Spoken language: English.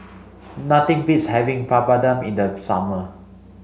nothing beats having Papadum in the summer